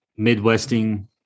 Midwesting